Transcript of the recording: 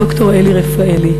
ד"ר אלי רפאלי,